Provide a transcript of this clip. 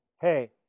hey